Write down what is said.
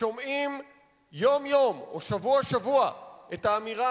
שומעים יום-יום או שבוע-שבוע את האמירה